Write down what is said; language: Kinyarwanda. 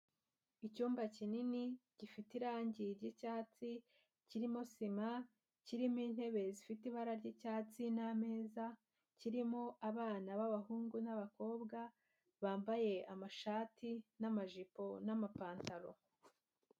Icyumba kinini gifite irangi r'icyatsi kirimo sima kirimo intebe zifite ibara ry'icyatsi n'ameza, kirimo abana b'abahungu n'abakobwa bambaye amashati n'amajipo n'amapantaro.